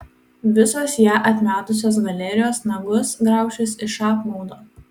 visos ją atmetusios galerijos nagus graušis iš apmaudo